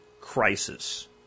crisis